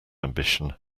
ambition